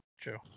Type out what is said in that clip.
True